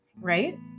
right